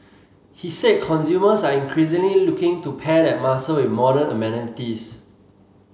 he said consumers are increasingly looking to pair that muscle with modern amenities